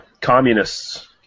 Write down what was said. communists